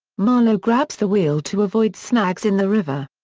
marlow grabs the wheel to avoid snags in the river.